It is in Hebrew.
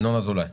ינון אזולאי,